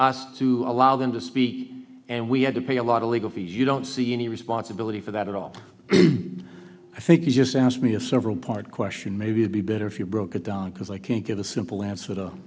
us to allow them to speak and we had to pay a lot of legal fees you don't see any responsibility for that at all i think you just asked me a several part question maybe i'd be better if you broke it down because i can't get a simple answer